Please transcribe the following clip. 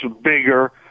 bigger